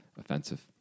Offensive